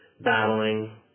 battling